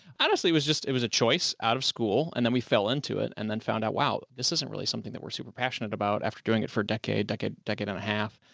honestly, it was just, it was a choice out of school and then we fell into it and then found out, wow, this isn't really something that we're super passionate about. after doing it for decade, decade, decade and a half,